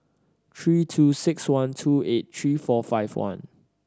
three two six one two eight three four five one